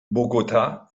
bogotá